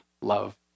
love